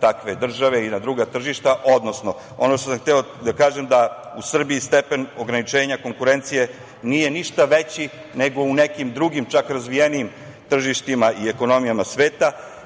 takve države i na druga tržišta, odnosno, ono što sam hteo da kažem je da u Srbiji stepen ograničenja konkurencije nije ništa veći nego u nekim drugim čak razvijenijim tržištima i ekonomija sveta,